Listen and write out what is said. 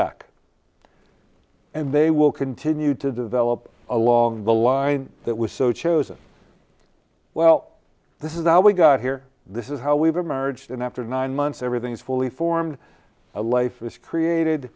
back and they will continue to develop along the line that was so chosen well this is how we got here this is how we've emerged and after nine months everything's fully formed a life was created